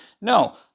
No